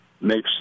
makes